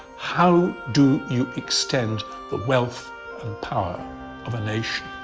how do you extend the wealth and power of a nation?